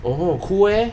oh cool eh